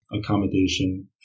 accommodation